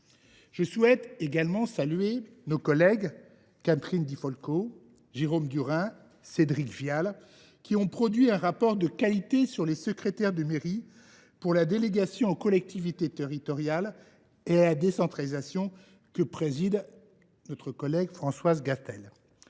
Je souhaite également saluer nos collègues Catherine Di Folco, Jérôme Durain et Cédric Vial, qui ont produit un rapport d’information de qualité sur les secrétaires de mairie au nom de la délégation aux collectivités territoriales et à la décentralisation, que préside notre collègue Françoise Gatel.